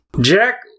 Jack